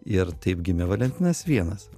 ir taip gimė valentinas vienas